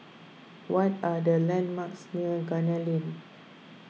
what are the landmarks near Gunner Lane